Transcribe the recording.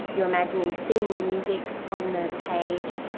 you're imagining seeing the music on the page,